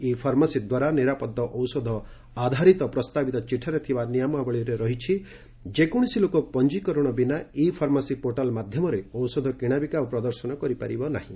ଇ pharmacy ଦ୍ୱାରା ନିରାପଦ ଔଷଧ ଆଧାରିତ ପ୍ରସ୍ତାବିତ ଚିଠାରେ ଥିବା ନିୟମାବଳିରେ ରହିଛି ଯେ କୌଶସି ଲୋକ ପଞ୍ଜିକରଣ ବିନା ଇ ଫାର୍ମାସି ପୋର୍ଟାଲ୍ ମାଧ୍ୟମରେ ଔଷଧ କିଣାବିକା ଓ ପ୍ରଦର୍ଶନ କରିପାରିବ ନାହିଁ